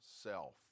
Self